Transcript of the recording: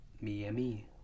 Miami